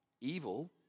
Evil